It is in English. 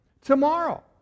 Tomorrow